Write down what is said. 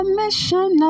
mission